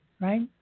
right